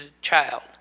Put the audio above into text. child